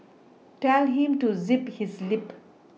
tell him to zip his lip